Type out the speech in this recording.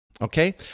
Okay